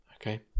okay